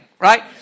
right